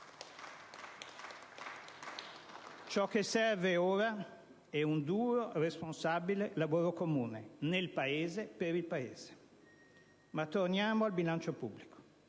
Ciò che serve ora è un duro, responsabile lavoro comune, nel Paese, per il Paese. Ma torniamo al bilancio pubblico.